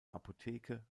apotheke